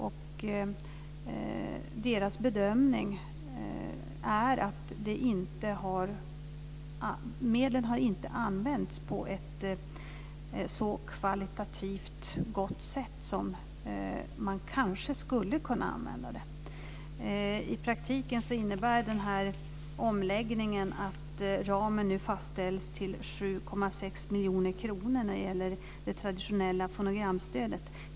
Rådets bedömning är att medlen inte har använts på ett så kvalitativt gott sätt som man kanske skulle kunna använda dem på. Det är problemet. I praktiken innebär omläggningen att ramen nu fastställs till 7,6 miljoner kronor när det gäller det traditionella fonogramstödet.